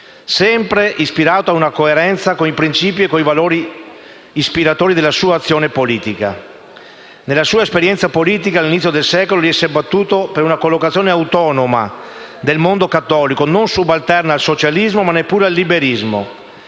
sempre ispirato ad una coerenza con i principi e i valori ispiratori della sua azione politica. Nella sua esperienza politica all'inizio del secolo egli si è battuto per una collocazione autonoma del mondo cattolico, non subalterna al socialismo, ma neppure al liberismo.